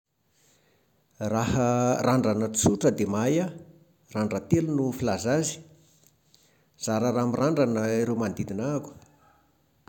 Raha randrana tsotra dia mahay aho. Randran-telo no filaza azy. Zara raha mirandrana ireo manodidina ahako.